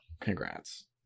congrats